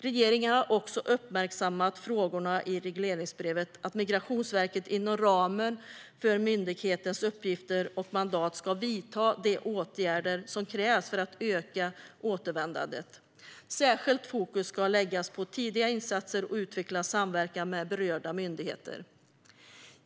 Regeringen har också uppmärksammat frågorna i regleringsbrevet, att Migrationsverket inom ramen för myndighetens uppgifter och mandat ska vidta de åtgärder som krävs för att öka återvändandet. Särskilt fokus ska läggas på tidiga insatser och utvecklad samverkan med berörda myndigheter.